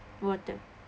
water